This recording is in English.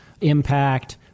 impact